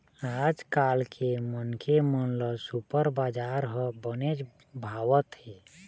आजकाल के मनखे मन ल सुपर बजार ह बनेच भावत हे